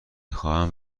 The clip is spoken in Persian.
خواهم